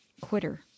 Quitter